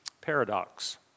paradox